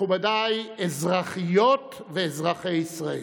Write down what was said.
מכובדיי אזרחיות ואזרחי ישראל,